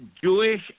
Jewish